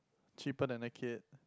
cheaper than a kid